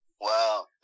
Wow